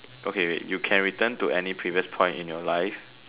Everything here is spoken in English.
okay wait you can return to any previous point in your life